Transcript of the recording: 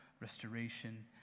restoration